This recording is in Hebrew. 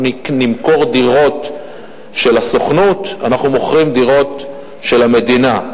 נמכור דירות של הסוכנות אנחנו מוכרים דירות של המדינה.